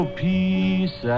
peace